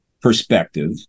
perspective